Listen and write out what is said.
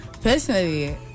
personally